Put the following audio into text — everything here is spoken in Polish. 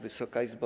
Wysoka Izbo!